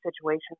situations